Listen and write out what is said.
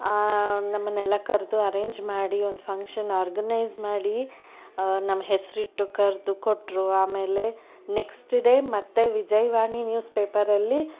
ನಮ್ಮನ್ನೆಲ್ಲ ಕರೆದು ಅರೇಂಜ್ ಮಾಡಿ ಒಂದು ಫಂಕ್ಷನ್ ಆರ್ಗನೈಜ್ ಮಾಡಿ ನಮ್ಮ ಹೆಸರಿಟ್ಟು ಕರೆದು ಕೊಟ್ಟರು ಆಮೇಲೆ ನೆಕ್ಸ್ಟ್ ಡೇ ಮತ್ತೆ ವಿಜಯವಾಣಿ ನ್ಯೂಸ್ ಪೇಪರಲ್ಲಿ